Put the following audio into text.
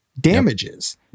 Damages